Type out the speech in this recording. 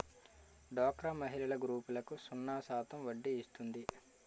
డోక్రా మహిళల గ్రూపులకు సున్నా శాతం వడ్డీ ఇస్తుంది